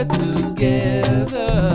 together